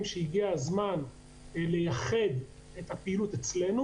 שהגיע הזמן לייחד את הפעילות אצלנו?